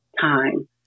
time